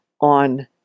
on